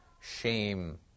shame